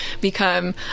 become